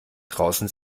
draußen